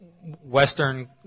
Western